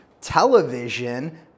television